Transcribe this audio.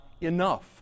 enough